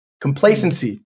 Complacency